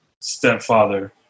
stepfather